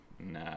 Nah